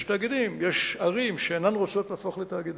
יש ערים שאינן רוצות להפוך לתאגידים.